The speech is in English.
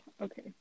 okay